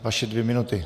Vaše dvě minuty.